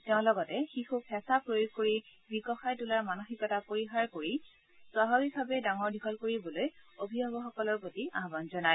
তেওঁ লগতে শিশুক হেঁচা প্ৰয়োগ কৰি বিকশাই তোলাৰ মানসিকতা পৰিহাৰ কৰি স্বাভাৱিকভাৱে ডাঙৰ দীঘল কৰিবলৈ অভিভাৱকসকলৰ প্ৰতি আহান জনায়